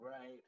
right